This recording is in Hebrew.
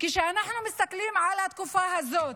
כשאנחנו מסתכלים על התקופה הזאת,